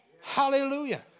Hallelujah